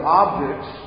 objects